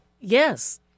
Yes